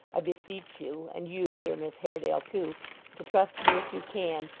i beseech you and you, dear miss haredale, too to trust me if you can,